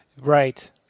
Right